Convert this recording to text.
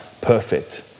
perfect